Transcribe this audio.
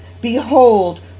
Behold